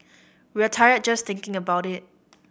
we're tired just thinking about it